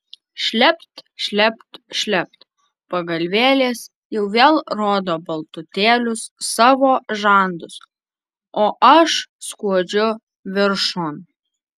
šlept šlept šlept pagalvėlės jau vėl rodo baltutėlius savo žandus o aš skuodžiu viršun